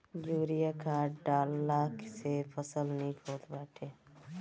urea खाद डालला से फसल निक होत बाटे